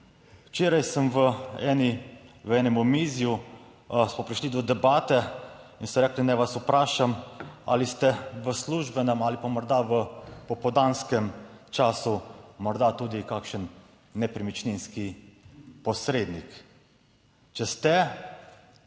Včeraj sem v enem omizju smo prišli do debate in so rekli naj vas vprašam, ali ste v službenem ali pa morda v popoldanskem času morda tudi kakšen nepremičninski posrednik. Če ste,